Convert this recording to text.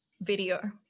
video